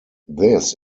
this